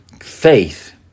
faith